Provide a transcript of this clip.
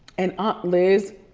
and aunt liz